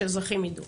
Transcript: שאזרחים ידעו.